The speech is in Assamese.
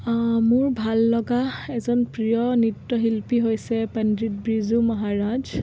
মোৰ ভাল লগা এজন প্ৰিয় নৃত্যশিল্পী হৈছে পাণ্ডিত বিৰ্জু মহাৰাজ